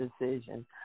decision